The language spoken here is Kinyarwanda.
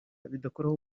bidakuraho